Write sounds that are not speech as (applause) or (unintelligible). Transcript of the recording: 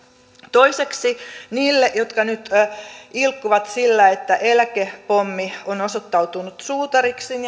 toiseksi niille jotka nyt ilkkuvat sillä että eläkepommi on osoittautunut suutariksi (unintelligible)